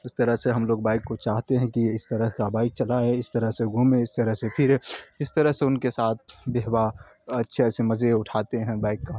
اس طرح سے ہم لوگ بائک کو چاہتے ہیں کہ یہ اس طرح کا بائک چلائے اس طرح سے گھومیں اس طرح سے پھرے اس طرح سے ان کے ساتھ بہوا اچھے سے مزے اٹھاتے ہیں بائک کا